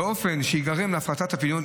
"באופן שייגרם להפחתת הפדיון",